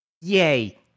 Yay